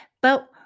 but-